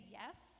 yes